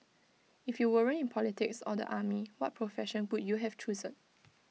if you weren't in politics or the army what profession would you have chosen